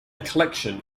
collection